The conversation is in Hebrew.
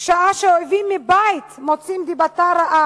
שעה שאויבים מבית מוציאים דיבתה רעה,